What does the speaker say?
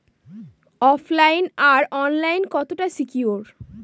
ওফ line আর online কতটা secure?